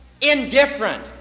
indifferent